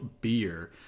beer